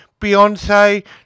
Beyonce